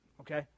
okay